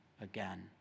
again